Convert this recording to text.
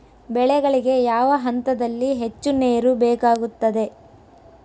ಬೆಳೆಗಳಿಗೆ ಯಾವ ಹಂತದಲ್ಲಿ ಹೆಚ್ಚು ನೇರು ಬೇಕಾಗುತ್ತದೆ?